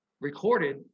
recorded